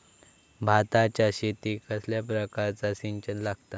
भाताच्या शेतीक कसल्या प्रकारचा सिंचन लागता?